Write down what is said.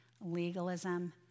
legalism